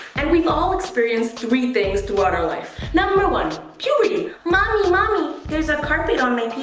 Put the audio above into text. and we've all experienced three things throughout our life. number one, puberty. mommy, mommy, there's a carpet on my pee